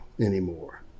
anymore